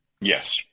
Yes